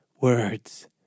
words